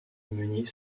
meunier